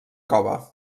cova